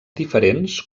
diferents